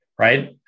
right